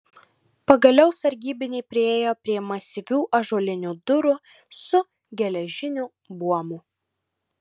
pagaliau sargybiniai priėjo prie masyvių ąžuolinių durų su geležiniu buomu